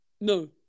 No